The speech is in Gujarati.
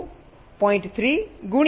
3 ગુણ્યા 10 ને પાવર માઇનસ 10